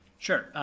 sure,